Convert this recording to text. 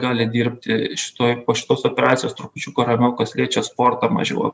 gali dirbti šitoj po šitos operacijos trupučiuką ramiau kas liečia sportą mažiau